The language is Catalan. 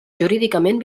jurídicament